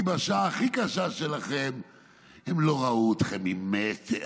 כי בשעה הכי קשה שלכם הם לא ראו אתכם ממטר".